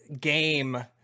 game